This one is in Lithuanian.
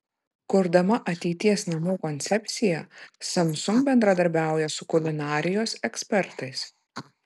kurdama ateities namų koncepciją samsung bendradarbiauja su kulinarijos ekspertais